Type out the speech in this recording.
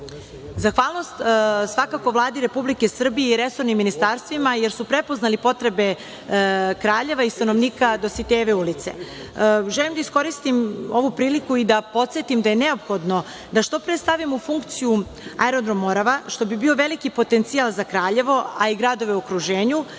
Zahvalnost svakako Vladi Republike Srbije i resornim ministarstvima, jer su prepoznali potrebe Kraljeva i stanovnika Dositejeve ulice. Želim da iskoristim ovu priliku i da podsetim da je neophodno da što pre stavimo u funkciju aerodrom Morava, što bi bio veliki potencijal za Kraljevo, a i gradove u okruženju.